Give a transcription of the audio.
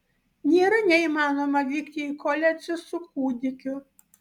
nėra neįmanoma vykti į koledžą su kūdikiu